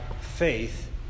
faith